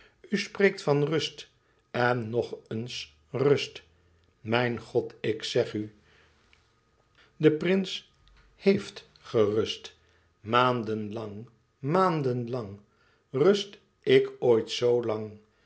spreekt van rust en nog eens rust mijn god ik zeg u de prins héeft gerust maanden lang maanden lang rust ik ooit zoo lang